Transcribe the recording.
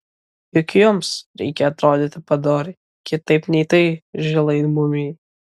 juk jums reikia atrodyti padoriai kitaip nei tai žilai mumijai